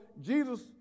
Jesus